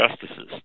justices